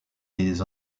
les